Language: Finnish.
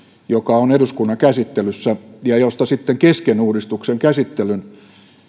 joka on eduskunnan käsittelyssä ja josta sitten kesken uudistuksen käsittelyn